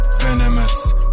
venomous